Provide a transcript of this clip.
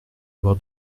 avoir